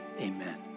Amen